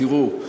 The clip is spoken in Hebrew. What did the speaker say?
תראו,